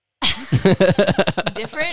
Different